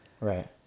right